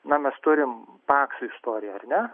na mes turim pakso istoriją ar ne